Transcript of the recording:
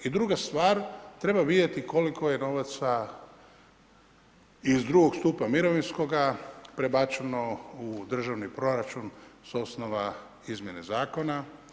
I druga stvar, treba vidjeti koliko je novaca iz II stupa mirovinskoga prebačeno u državni proračun s osnova izmjene Zakona.